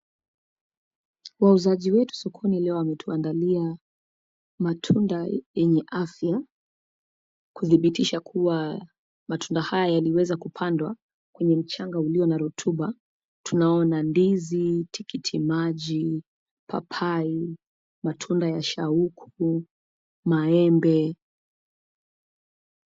Wauzaji wetu sokoni leo wametuandalia, matunda yenye afya, kuthibitisha kuwa matunda haya yaliweza kupandwa, kwenye mchanga ulio na rutuba. Tunaona ndizi, tikiti maji, papai, matunda ya shauku, maembe.